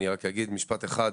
אני רק אגיד משפט אחד: